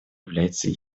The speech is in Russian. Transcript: является